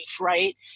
right